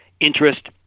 interest